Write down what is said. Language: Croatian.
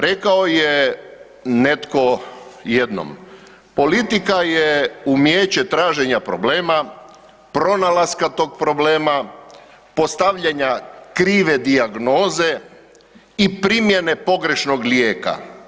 Rekao je netko jednom, politika je umijeće traženja problema, pronalaska tog problema, postavljanja krive dijagnoze i primjene pogrešnog lijeka.